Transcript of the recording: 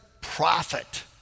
profit